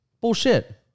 Bullshit